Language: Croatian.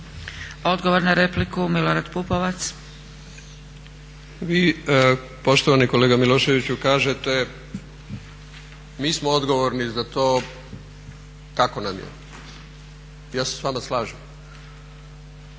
Pupovac. **Pupovac, Milorad (SDSS)** Vi poštovani kolega Miloševiću kažete mi smo odgovorni za to kako nam je. Ja se s vama slažem.